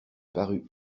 parut